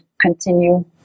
continue